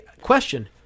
question